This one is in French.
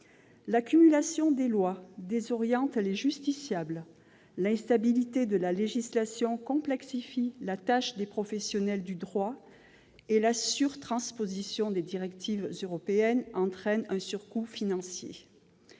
L'accumulation des lois désoriente les justiciables, l'instabilité de la législation complexifie la tâche des professionnels du droit et la surtransposition des directives européennes entraîne un surcoût financier.